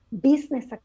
business